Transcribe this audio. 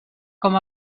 com